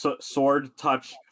sword-touch